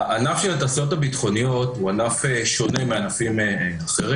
הענף של התעשיות הביטחוניות הוא ענף שונה מענפים אחרים.